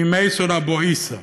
ממיסון אבו עיסא,